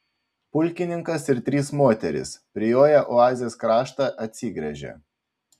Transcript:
pulkininkas ir trys moterys prijoję oazės kraštą atsigręžė